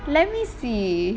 let me see